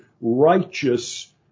righteous